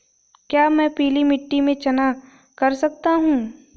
क्या मैं पीली मिट्टी में चना कर सकता हूँ?